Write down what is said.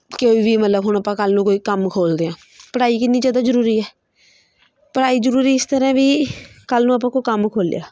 ਕੋਈ ਵੀ ਮਤਲਬ ਹੁਣ ਆਪਾਂ ਕੱਲ੍ਹ ਨੂੰ ਕੋਈ ਕੰਮ ਖੋਲ੍ਹਦੇ ਹਾਂ ਪੜ੍ਹਾਈ ਕਿੰਨੀ ਜ਼ਿਆਦਾ ਜ਼ਰੂਰੀ ਹੈ ਪੜ੍ਹਾਈ ਜ਼ਰੂਰੀ ਇਸ ਤਰ੍ਹਾਂ ਵੀ ਕੱਲ੍ਹ ਨੂੰ ਆਪਾਂ ਕੋਈ ਕੰਮ ਖੋਲ੍ਹਿਆ